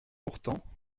pourtant